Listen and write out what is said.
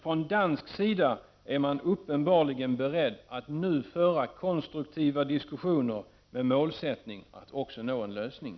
Från dansk sida är man uppenbarligen beredd att nu föra konstruktiva diskussioner, med målsättningen att nå en lösning.